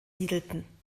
siedelten